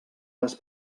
les